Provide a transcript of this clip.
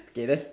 okay that's